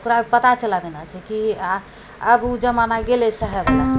ओकरा पता चला देना छै कि आब ओ जमाना गेलै सहैवला